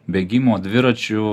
bėgimo dviračių